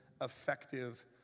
effective